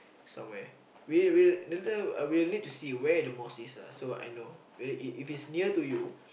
somewhere we'll we'll later I'll let to see where the mosque is lah so I know whether if if it is near to you